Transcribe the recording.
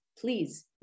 please